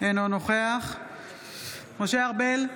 אינו נוכח משה ארבל,